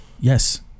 Yes